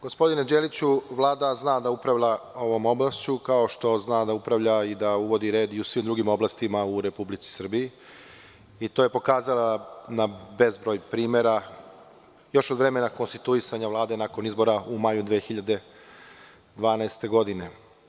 Gospodine Đeliću, Vlada zna da upravlja ovom oblašću, kao što zna da upravlja i da uvodi red i u svim drugim oblastima u Republici Srbiji i to je pokazala na bezbroj primera još od vremena konstituisanja Vlade, nakon izbora u maju 2012. godine.